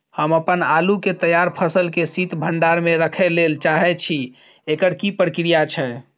हम अपन आलू के तैयार फसल के शीत भंडार में रखै लेल चाहे छी, एकर की प्रक्रिया छै?